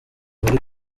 muri